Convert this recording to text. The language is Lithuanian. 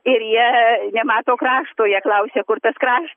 ir jie nemato krašto jie klausė kur tas kraš